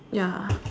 ya